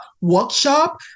workshop